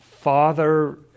Father